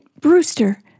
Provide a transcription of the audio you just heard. Brewster